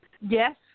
yes